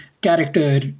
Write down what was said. character